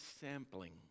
sampling